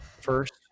first